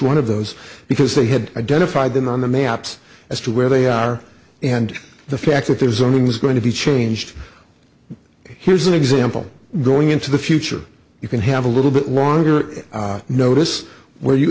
one of those because they had identified them on the maps as to where they are and the fact that there's only one is going to be changed here's an example going into the future you can have a little bit longer notice where you